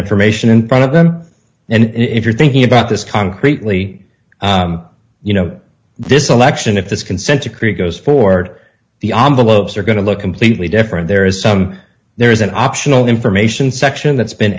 information in front of them and if you're thinking about this concretely you know this election if this consent decree goes forward the on the lobes are going to look completely different there is some there is an optional information section that's been